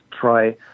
try